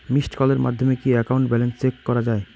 Missed কলের মাধ্যমে কি একাউন্ট ব্যালেন্স চেক করা যায়?